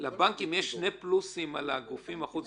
לבנקים יש שני פלוסים על הגופים החוץ-בנקאיים: